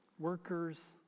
workers